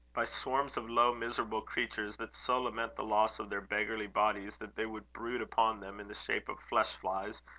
by swarms of low miserable creatures that so lament the loss of their beggarly bodies that they would brood upon them in the shape of flesh-flies,